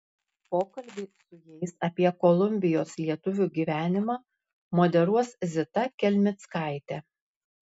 pokalbį su jais apie kolumbijos lietuvių gyvenimą moderuos zita kelmickaitė